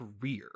career